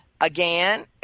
Again